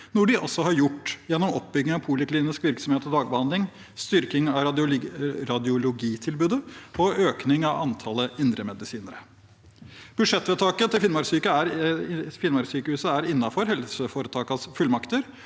noe de også har gjort, gjennom oppbygging av poliklinisk virksomhet og dagbehandling, styrking av radiologitilbudet og økning av antallet indremedisinere. Budsjettvedtaket til Finnmarkssykehuset er innenfor helseforetakenes fullmakter,